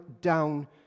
down